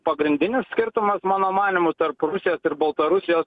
pagrindinis skirtumas mano manymu tarp rusijos ir baltarusijos